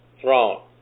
throne